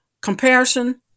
comparison